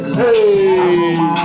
hey